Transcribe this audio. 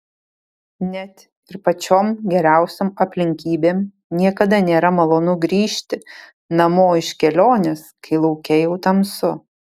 net ir pačiom geriausiom aplinkybėm niekada nėra malonu grįžt namo iš kelionės kai lauke jau tamsu